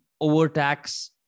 overtax